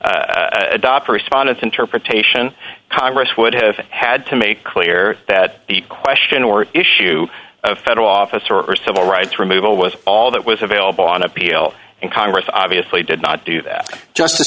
to adopt respondants interpretation congress would have had to make clear that the question or issue of federal officer or civil rights removal with all that was available on appeal in congress obviously did not do that just